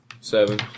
Seven